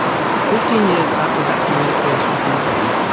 fifteen years after that communication from john,